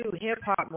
hip-hop